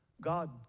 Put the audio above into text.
God